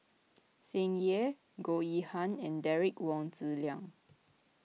Tsung Yeh Goh Yihan and Derek Wong Zi Liang